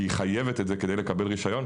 כי היא חייבת את זה כדי לקבל רישיון.